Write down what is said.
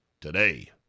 today